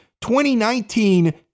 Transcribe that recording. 2019